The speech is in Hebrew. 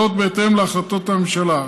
וזאת בהתאם להחלטות ממשלה.